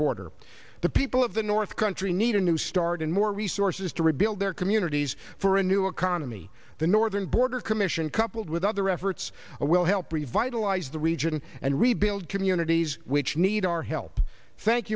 border the people of the north country need a new start and more resources to rebuild their communities for a new economy the northern border commission coupled with other efforts will help revitalize the region and rebuild communities which need our help thank